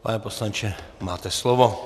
Pane poslanče, máte slovo.